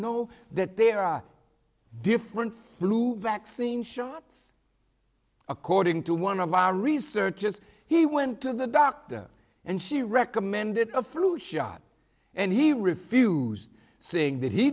know that there are different flu vaccine shots according to one of our researches he went to the doctor and she recommended a flu shot and he refused saying that he